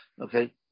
Okay